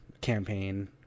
campaign